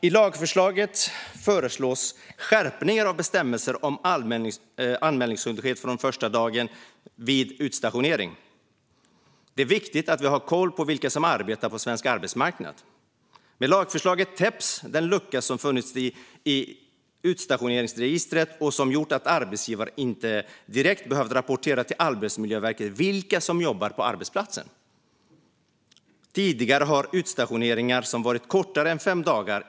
I lagförslaget föreslås skärpningar av bestämmelser om anmälningsskyldighet från första dagen vid utstationering. Det är viktigt att vi har koll på vilka som arbetar på svensk arbetsmarknad. Med lagförslaget täpps den lucka till som funnits i utstationeringsregistret och som gjort att arbetsgivare inte direkt behövt rapportera till Arbetsmiljöverket vilka som jobbar på arbetsplatsen. Tidigare har man inte behövt rapportera in utstationeringar som varit kortare än fem dagar.